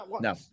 no